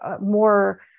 more